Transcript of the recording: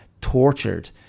tortured